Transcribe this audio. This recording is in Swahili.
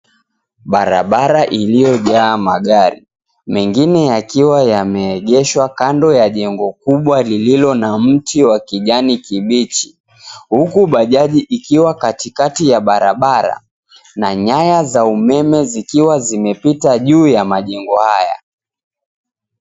Barabara iliyojaa magari, mengine yakiwa yameegeshwa kando ya jengo kubwa lililo na mti wa kijani kibichi, huku bajaji ikiwa katikati ya barabara na nyaya za umeme zikiwa zimepita juu ya majengo haya.